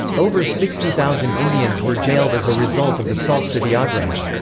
over sixty thousand indians were jailed as a result of the salt satyagraha.